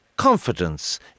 confidence